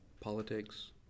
politics